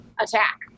attack